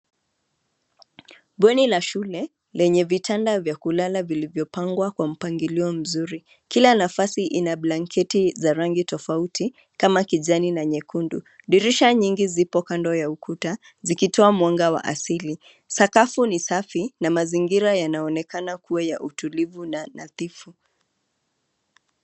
Bweni la shule , lenye vitanda vya kulala vilivyopangwa kwa mpangilio mzuri. Kila nafasi ina blanketi za rangi tofauti kama kijani na nyekundu . Dirisha nyingi zipo kando ya ukuta zikitooa mwanga wa asili . Sakafu ni safi na mazingira yanaonekana kuwa ya utulivu na nadhifu.